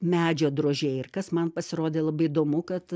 medžio drožėjai ir kas man pasirodė labai įdomu kad